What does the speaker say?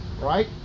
Right